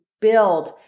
build